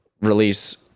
release